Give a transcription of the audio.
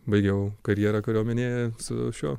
baigiau karjerą kariuomenėje su šiuo